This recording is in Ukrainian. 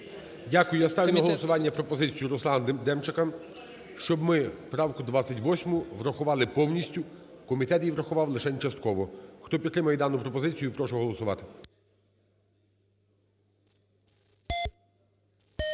Дякую. Я ставлю на голосування пропозицію Руслана Демчака, щоб ми правку 28 врахували повністю. Комітет її врахував лишень частково. Хто підтримує дану пропозицію, прошу голосувати.